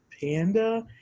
panda